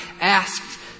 asked